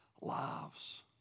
lives